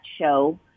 show